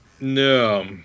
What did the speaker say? No